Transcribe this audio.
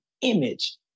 image